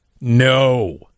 No